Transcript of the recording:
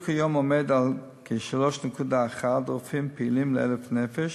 כיום הוא כ-3.1 רופאים פעילים ל-1,000 נפש,